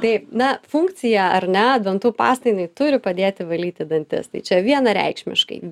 taip na funkcija ar ne dantų pasta jinai turi padėti valyti dantis tai čia vienareikšmiškai